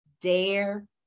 Dare